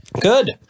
good